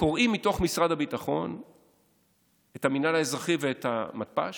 קורעים מתוך משרד הביטחון את המינהל האזרחי ואת המתפ"ש.